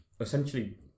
essentially